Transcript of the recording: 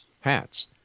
Hats